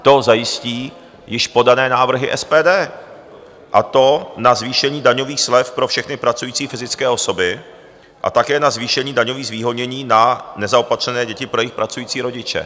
To zajistí již podané návrhy SPD, a to na zvýšení daňových slev pro všechny pracující fyzické osoby a také na zvýšení daňových zvýhodnění na nezaopatřené děti pro jejich pracující rodiče.